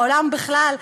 בעולם בכלל,